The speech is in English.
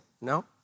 No